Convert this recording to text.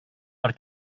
per